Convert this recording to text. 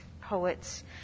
poets